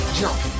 jump